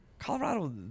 Colorado